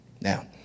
Now